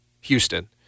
Houston